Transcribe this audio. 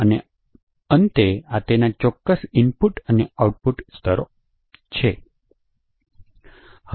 અને અંતે આ તેના ચોક્કસ ઇનપુટ અને આઉટપુટ સ્તરો છે